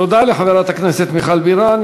תודה לחברת הכנסת מיכל בירן.